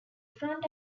front